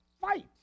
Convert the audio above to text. fight